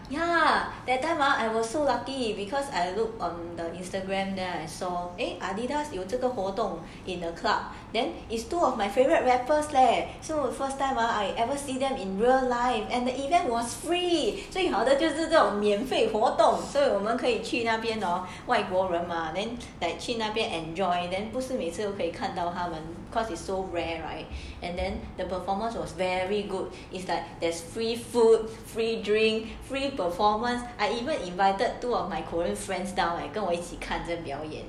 ya that time ah I was so lucky because I look on instagram then I saw adidas 有这个活动 then got my favourite two rappers leh so first time I ever see them in real life and the event was free 最好的就是这种免费活动 so 我们可以去那边 hor 外国人 mah then that 去那边 enjoy then 不是每次都可以看到他们 cause it's so rare right and then the performance was very good is that there's free food free drink free performance I even invited two of my korean friends down like 跟我一起看着表演